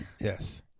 yes